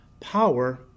power